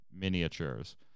miniatures